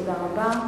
תודה רבה.